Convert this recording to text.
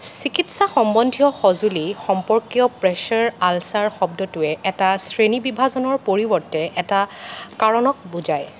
চিকিৎসা সম্বন্ধীয় সঁজুলি সম্পৰ্কীয় প্ৰেছাৰ আলচাৰ শব্দটোৱে এটা শ্ৰেণীবিভাজনৰ পৰিৱৰ্তে এটা কাৰণক বুজায়